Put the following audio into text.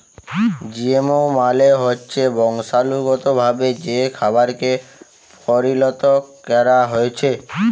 GMO মালে হচ্যে বংশালুগতভাবে যে খাবারকে পরিলত ক্যরা হ্যয়েছে